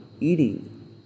eating